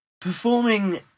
Performing